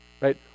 right